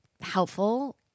helpful